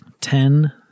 Ten